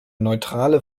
neutrale